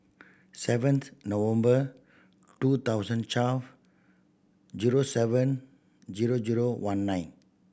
seventh November two thousand twelve zero seven zero zero one nine